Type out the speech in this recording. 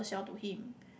sell to him